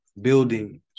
building